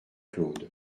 claude